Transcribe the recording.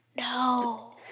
No